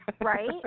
right